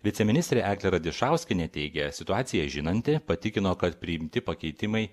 viceministrė eglė radišauskienė teigė situaciją žinanti patikino kad priimti pakeitimai